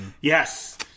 yes